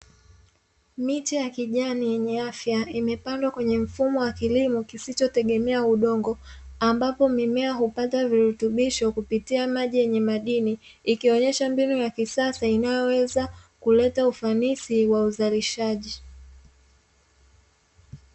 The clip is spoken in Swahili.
Miche ya kijani yenye afya imepandwa kwenye mfumo wa kilimo kisichotegemea udongo, ambapo mimea hupata virutubisho kupitia maji yenye madini; ikionyesha mbinu ya kisasa inayoweza kuleta ufanisi wa uzalishaji.